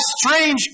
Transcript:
strange